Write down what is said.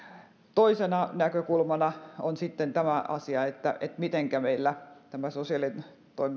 toisena näkökulmana on tämä asia mitenkä meillä sosiaali ja